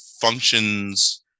functions